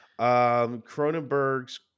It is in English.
Cronenberg's